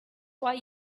why